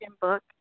book